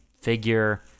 figure